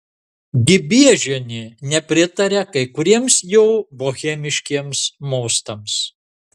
gibiežienė nepritaria kai kuriems jo bohemiškiems mostams